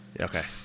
Okay